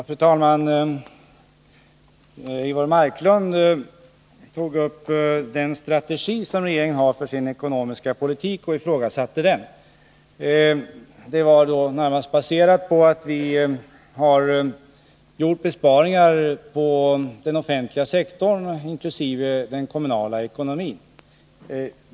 Fru talman! Eivor Marklund tog upp den strategi som regeringen har för sin ekonomiska politik och ifrågasatte den. Det var då närmast baserat på att vi har gjort besparingar på den offentliga sektorn inkl. den kommunala ekonomin.